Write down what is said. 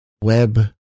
Web